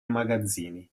magazzini